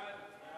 חוק שהייה שלא